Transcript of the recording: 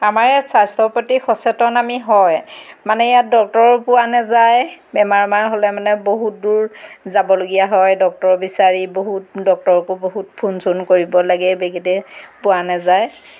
আমাৰ ইয়াত স্বাস্থ্যৰ প্ৰতি সচেতন আমি হয় মানে ইয়াত ডক্তৰো পোৱা নাযায় বেমাৰ মেমাৰ হ'লে মানে বহুত দূৰ যাবলগীয়া হয় ডক্তৰ বিচাৰি বহুত ডক্টৰকো বহুত ফোন চোন কৰিব লাগে বেগেতে পোৱা নেযায়